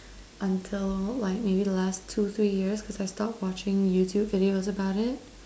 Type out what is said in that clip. until like maybe the last two three years cause I stopped watching YouTube videos about it